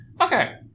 Okay